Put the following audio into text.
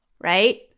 right